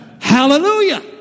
Hallelujah